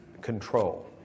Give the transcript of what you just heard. control